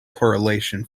correlation